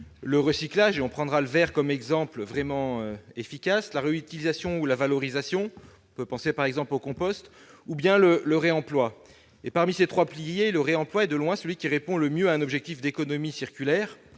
le recyclage- on prendra le verre comme exemple vraiment efficace -, la réutilisation ou valorisation- on pense au compost -ou le réemploi. Parmi ces trois piliers, le réemploi est, de loin, celui qui répond le mieux à un objectif d'économie circulaire